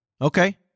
Okay